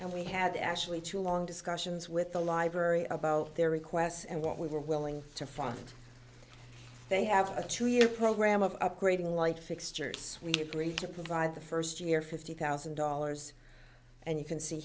and we had actually two long discussions with the library about their requests and what we were willing to fund they have a two year program of upgrading light fixtures we get three provide the first year fifty thousand dollars and you can see